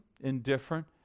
indifferent